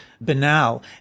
banal